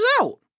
out